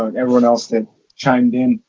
and everyone else that chimed in.